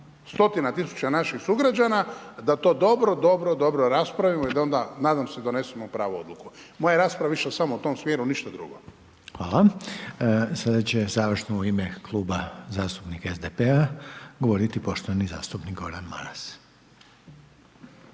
stotina tisuća naših sugrađana da to dobro, dobro raspravimo i da onda nadam se donesemo pravu odluku. Moja rasprava je išla samo u tom smjeru, ništa drugo. **Reiner, Željko (HDZ)** Hvala. Sada će završno u ime Kluba zastupnika SDP-a govoriti poštovani zastupnik Gordan Maras.